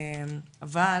אבל